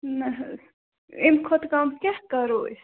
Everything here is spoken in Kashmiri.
نہَ حظ اَمہِ کھۄتہٕ کَم کیٛاہ کَرو أسۍ